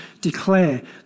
declare